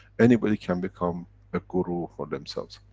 anybody can become a guru for themselves.